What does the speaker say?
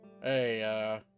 Hey